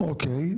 אוקיי.